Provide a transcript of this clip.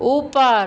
ऊपर